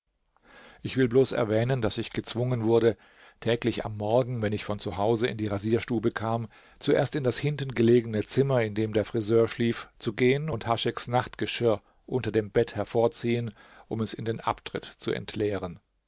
ich will bloß erwähnen daß ich gezwungen wurde täglich am morgen wenn ich von zu hause in die rasierstube kam zuerst in das hinten gelegene zimmer in dem der friseur schlief zu gehen und hascheks nachtgeschirr unter dem bett hervorziehen um es in den abtritt zu entleeren